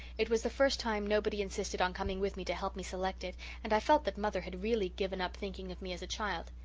it was the first time nobody insisted on coming with me to help me select it, and i felt that mother had really given up thinking of me as a child.